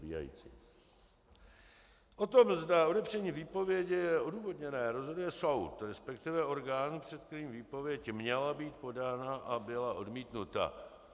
O tom, zda odepření výpovědi je odůvodněné, rozhoduje soud, resp. orgán, před kterým výpověď měla být podána a byla odmítnuta.